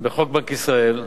בחוק בנק ישראל.